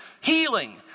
healing